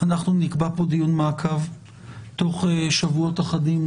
נקבע פה דיון מעקב תוך שבועות אחדים.